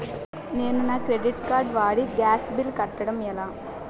నేను నా credit card వాడి గ్యాస్ బిల్లు కట్టడం ఎలా?